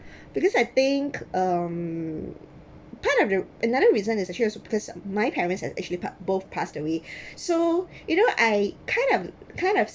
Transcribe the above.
because I think um part of the another reason is actually because my parents had actually pas~ both passed away so you know I kind of kind of